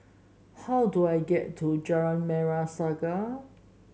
how do I get to Jalan Merah Saga